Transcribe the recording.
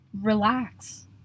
relax